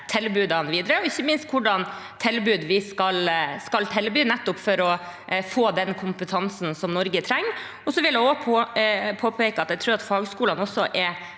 tilbudene videre, og ikke minst hvilke tilbud vi skal tilby, nettopp for å få den kompetansen Norge trenger. Jeg vil også påpeke at jeg tror fagskolene er